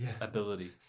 ability